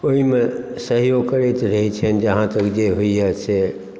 ओहि मे सहयोग करैत रहै छनि जे जहाँ तक जे होइया से